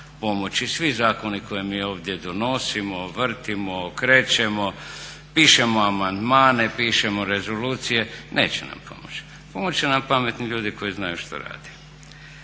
pomoći. Svi zakoni koji mi ovdje donosimo, vrtimo, okrećemo, pišemo amandmane, pišemo rezolucije neće nam pomoći. Pomoći će nam pametni ljudi koji znaju što rade.